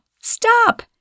Stop